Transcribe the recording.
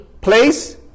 place